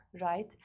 right